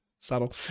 Subtle